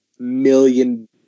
Million